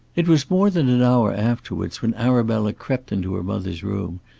it was more than an hour afterwards when arabella crept into her mother's room,